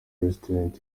restaurant